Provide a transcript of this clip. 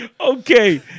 Okay